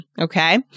Okay